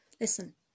listen